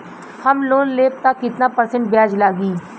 हम लोन लेब त कितना परसेंट ब्याज लागी?